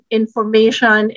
information